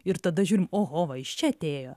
ir tada žiūrim oho va iš čia atėjo